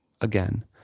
again